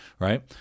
Right